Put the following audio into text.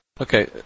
Okay